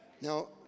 Now